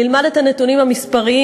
נלמד את הנתונים המספריים,